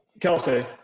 Kelsey